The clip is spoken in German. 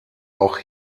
auch